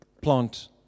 plant